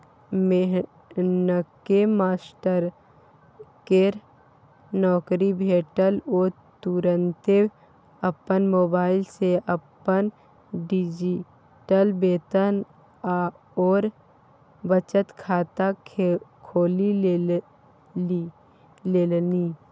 मोहनकेँ मास्टरकेर नौकरी भेटल ओ तुरते अपन मोबाइल सँ अपन डिजिटल वेतन आओर बचत खाता खोलि लेलनि